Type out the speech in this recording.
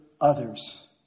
others